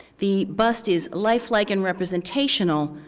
the bust is lifelike and representational,